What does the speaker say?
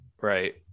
Right